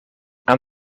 aan